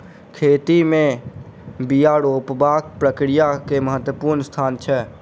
खेती में बिया रोपबाक प्रक्रिया के महत्वपूर्ण स्थान छै